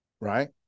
right